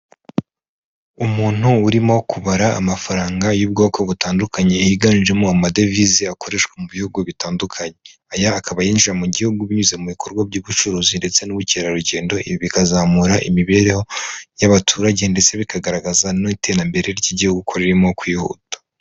Umuntu urimo kubara amafaranga y'ubwoko butandukanye, higanjemo amadevize akoreshwa mu bihugu bitandukanye, aya akaba yinjira mu gihugu binyuze mu bikorwa by'ubucuruzi ndetse n'ubukerarugendo, ibi bikazamura imibereho y'abaturage ndetse bikagaragaza n'iterambere ry'igihugu ko ririmo kwihuta.